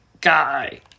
guy